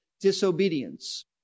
disobedience